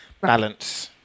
balance